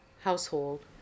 household